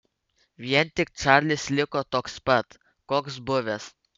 vien tik čarlis liko toks pat koks buvęs